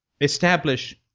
establish